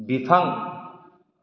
बिफां